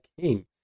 King